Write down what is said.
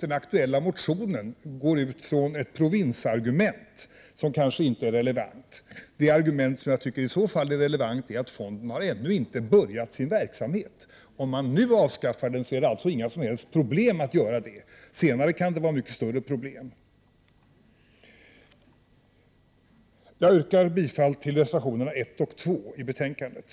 den aktuella motionen utgår från ett provinsargument som kanske inte är relevant. Det argument som jag tycker är relevant är att fonden ännu inte har börjat sin verksamhet. Om man avskaffar den nu är det inga som helst problem att göra det, men senare kan det bli mycket större problem. Jag yrkar bifall till reservationerna 1 och 2 till betänkandet.